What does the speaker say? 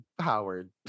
Howard